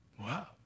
Wow